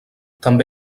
també